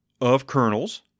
ofkernels